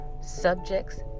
subjects